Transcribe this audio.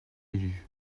élus